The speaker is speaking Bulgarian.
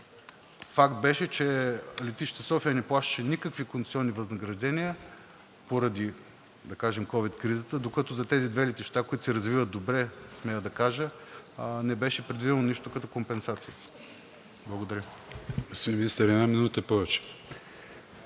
факт, че летище София не плащаше никакви концесионни възнаграждения поради, да кажем, ковид кризата, докато за тези две летища, които се развиват добре, смея да кажа, не беше предвидено нищо като компенсация. Благодаря.